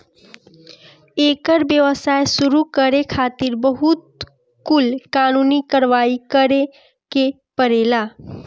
एकर व्यवसाय शुरू करे खातिर बहुत कुल कानूनी कारवाही करे के पड़ेला